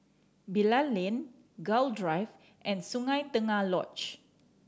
Bilal Lane Gul Drive and Sungei Tengah Lodge